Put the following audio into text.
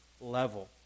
level